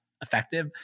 Effective